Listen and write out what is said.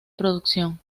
producción